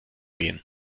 gehen